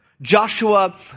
Joshua